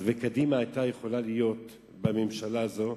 וקדימה היתה יכולה להיות בממשלה הזאת,